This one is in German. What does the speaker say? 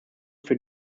für